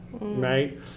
right